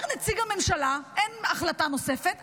אומר נציג הממשלה: אין החלטה נוספת,